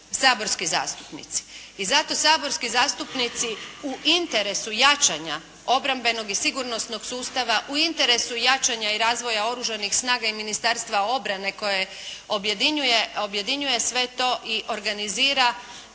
I zato saborski zastupnici, u interesu jačanja obrambenog i sigurnosnog sustava, u interesu jačanja i razvoja Oružanih snaga i Ministarstva obrane koje objedinjuje sve to i organizira, trebaju imati punu